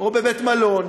או בבית-מלון